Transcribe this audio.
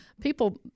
People